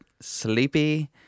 sleepy